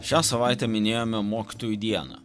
šią savaitę minėjome mokytojų dieną